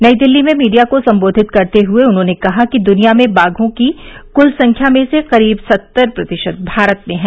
नई दिल्ली में मीडिया को संबोधित करते हुए उन्होंने कहा कि दुनिया में बाघों की कुल संख्या में से करीब सत्तर प्रतिशत भारत में हैं